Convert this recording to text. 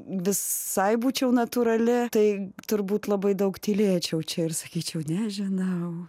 visai būčiau natūrali tai turbūt labai daug tylėčiau čia ir sakyčiau nežinau